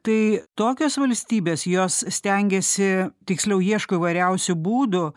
tai tokios valstybės jos stengiasi tiksliau ieško įvairiausių būdų